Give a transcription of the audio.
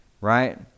right